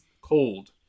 cold